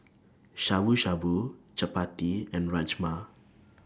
Shabu Shabu Chapati and Rajma